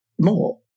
more